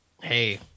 Hey